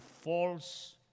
false